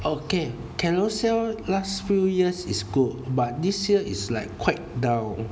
okay Carousell last few years is good but this year is like quite down